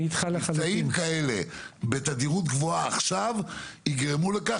מבצעים כאלה בתדירות גבוהה עכשיו יגרמו לכך